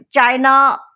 China